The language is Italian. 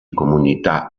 comunità